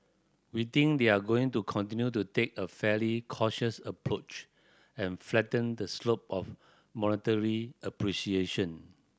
we think they're going to continue to take a fairly cautious approach and flatten the slope of monetary appreciation